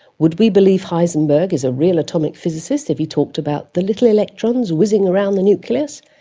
would we believe heisenberg is a real atomic physicist if he talked about the little electrons whizzing around the nucleus?